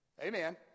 Amen